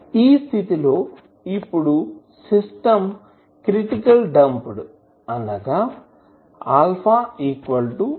ఈ స్థితిలో ఇప్పుడు సిస్టం క్రిటికల్లి డాంప్డ్ అనగా α ⍵0